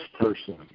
person